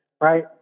right